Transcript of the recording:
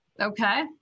Okay